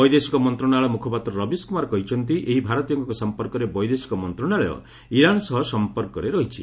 ବୈଦେଶିକ ମନ୍ତ୍ରଣାଳୟ ମ୍ରଖପାତ୍ର ରବୀଶ କ୍ରମାର କହିଛନ୍ତି ଏହି ଭାରତୀୟଙ୍କ ସମ୍ପର୍କରେ ବୈଦେଶିକ ମନ୍ତ୍ରଣାଳୟ ଇରାନ୍ ସହ ସମ୍ପର୍କରେ ରହିଛି